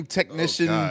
Technician